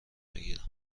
بگیرم